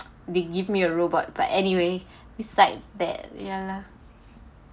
they give me a robot but anyway besides that ya lah